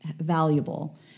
valuable